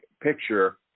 picture